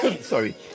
Sorry